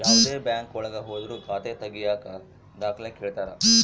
ಯಾವ್ದೇ ಬ್ಯಾಂಕ್ ಒಳಗ ಹೋದ್ರು ಖಾತೆ ತಾಗಿಯಕ ದಾಖಲೆ ಕೇಳ್ತಾರಾ